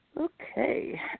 Okay